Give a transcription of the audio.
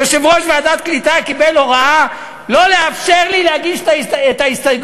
יושב-ראש ועדת הקליטה קיבל הוראה לא לאפשר לי להגיש את ההסתייגויות,